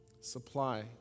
supply